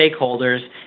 stakeholders